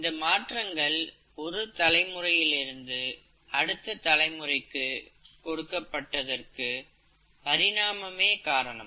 இந்த மாற்றங்கள் ஒரு தலைமுறையிலிருந்து அடுத்த தலைமுறைக்கு கொடுக்கப்பட்டதற்கு பரிணாமமே காரணம்